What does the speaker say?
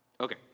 Okay